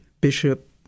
bishop